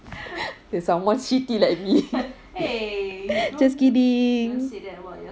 with someone shitty like me just kidding